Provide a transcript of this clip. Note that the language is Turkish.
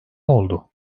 oldu